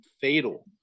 fatal